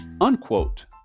unquote